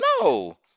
no